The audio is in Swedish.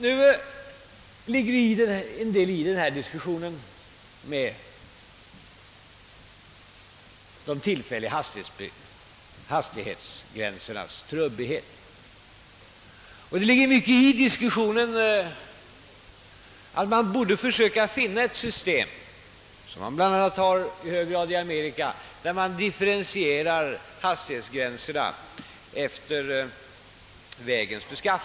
Det ligger naturligtvis en del i vad som sagts om de tillfälliga hastighetsbegränsningarnas trubbighet, och det ligger även mycket i tanken, att man borde försöka åstadkomma ett system med hastighetsgränser, differentierade i huvudsak efter vägens beskaffenhet — ett system som i mycket stor utsträckning tillämpas i Amerika.